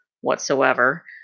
whatsoever